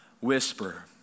whisper